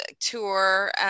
tour